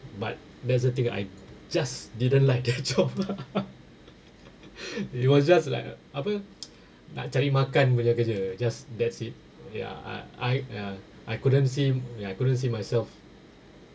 but that's the thing I just didn't like that job it was just like apa nak cari makan punya kerja just that's it ya I I err I couldn't see ya couldn't see myself